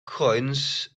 coins